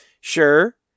Sure